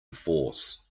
force